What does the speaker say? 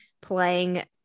playing